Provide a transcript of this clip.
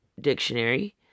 dictionary